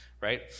right